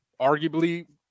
arguably